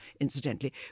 incidentally